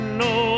no